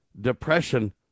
Depression